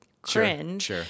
cringe